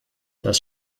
das